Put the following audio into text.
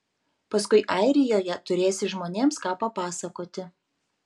paskui airijoje turėsi žmonėms ką papasakoti